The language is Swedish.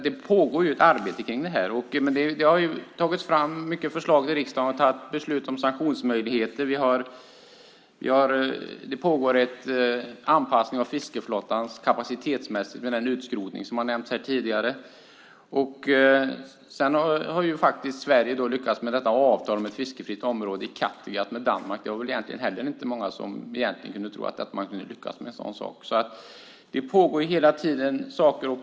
Det pågår ett arbete med detta. Det har tagits fram många förslag. Riksdagen har fattat beslut om sanktionsmöjligheter. Det pågår en anpassning av fiskeflottan kapacitetsmässigt i form av den utskrotning som nämnts tidigare. Sverige har också lyckats få till stånd ett avtal med Danmark om ett fiskefritt område i Kattegatt. Det var inte många som trodde att vi skulle lyckas med det. Det pågår alltså hela tiden ett arbete.